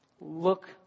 Look